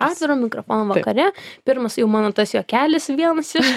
atviro mikrofono vakare pirmas jau mano tas juokelis vienas iš